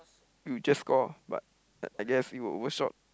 you just call but I I guess it will overshot